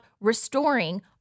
restoring